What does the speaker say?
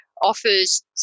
offers